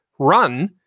run